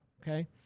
okay